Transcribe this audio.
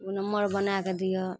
ओ नम्मर बनाए कऽ दिअ